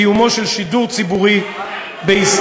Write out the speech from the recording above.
קיומו של שידור ציבורי בישראל.